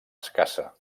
escassa